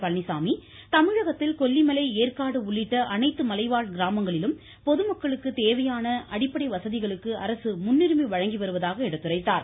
பழனிச்சாமி தமிழகத்தில் கொல்லிமலை ஏற்காடு உள்ளிட்ட அனைத்து மலைவாழ் கிராமங்களிலும் பொதுமக்களுக்கு தேவையான அடிப்படை வசதிகளுக்கு அரசு முன்னுரிமை வழங்கி வருவதாக கூறினார்